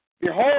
Behold